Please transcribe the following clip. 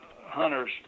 hunters